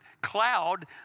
cloud